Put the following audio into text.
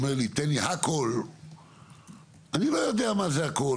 אני לא יודע מה זה הכל,